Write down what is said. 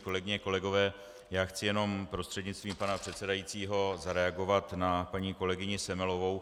Kolegyně, kolegové, já chci jenom prostřednictvím pana předsedajícího zareagovat na paní kolegyni Semelovou.